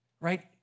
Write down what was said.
right